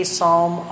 Psalm